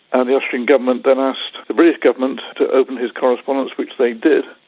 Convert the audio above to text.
and the austrian government then asked the british government to open his correspondence, which they did.